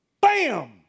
bam